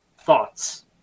Thoughts